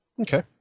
Okay